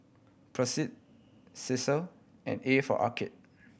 Persil Cesar and A for Arcade